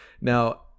Now